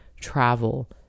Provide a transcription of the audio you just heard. travel